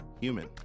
human